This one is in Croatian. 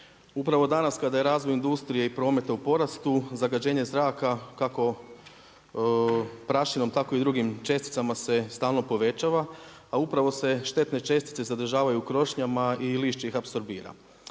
Upravo danas kada je razvoj industrije i prometa u porastu zagađenje zraka kako prašinom tako i drugim česticama se stalno povećava, a upravo se štetne čestice zadržavaju u krošnjama i lišće ih apsorbira.